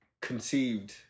conceived